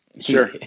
sure